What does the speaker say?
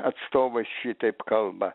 atstovai šitaip kalba